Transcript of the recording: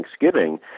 Thanksgiving